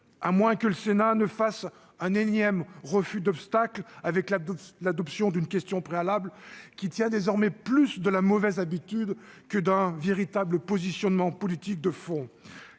à moins que le Sénat ne fasse un énième refus d'obstacle avec la l'adoption d'une question préalable qui tient désormais plus de la mauvaise habitude que d'un véritable positionnement politique de fond